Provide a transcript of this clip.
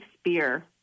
spear